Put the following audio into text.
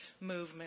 movement